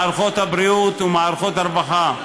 מערכות הבריאות ומערכות הרווחה.